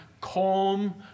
calm